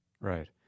Right